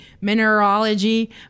mineralogy